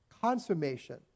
consummation